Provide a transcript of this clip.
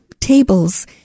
tables